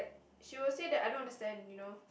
she will say that I don't understand you know